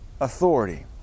authority